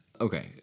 okay